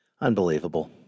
Unbelievable